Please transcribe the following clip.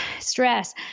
stress